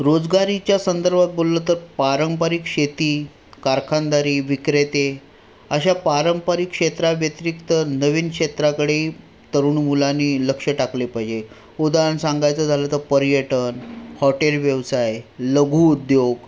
रोजगारीच्या संदर्भात बोललं तर पारंपरिक शेती कारखानदारी विक्रेते अशा पारंपरिक क्षेत्रा व्यतिरिक्त नवीन क्षेत्राकडे तरुण मुलांनी लक्ष टाकले पाहिजे उदाहरण सांगायचं झालं तर पर्यटन हॉटेल व्यवसाय लघुउद्योग